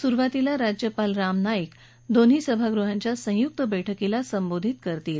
सुरुवातीला राज्यपाल राम नाईक दोन्ही सभागृहांच्या संयुक बस्कीला संबोधित करतील